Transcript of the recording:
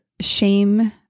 shame